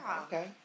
Okay